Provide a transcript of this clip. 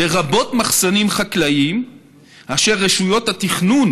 לרבות מחסנים חקלאיים אשר רשויות התכנון